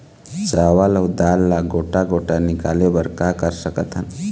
चावल अऊ दाल ला गोटा गोटा निकाले बर का कर सकथन?